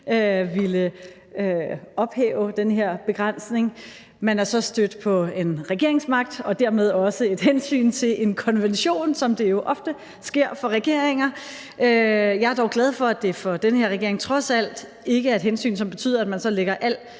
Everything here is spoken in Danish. ville ophæve den her begrænsning. Man har så stødt på en regeringsmagt og dermed også et hensyn til en konvention, som det jo ofte sker for regeringer. Jeg er dog glad for, at det for den her regering trods alt ikke er et hensyn, som betyder, at man så lægger al